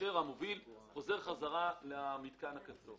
כאשר המוביל חוזר חזרה למתקן הקצה.